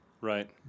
Right